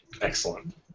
Excellent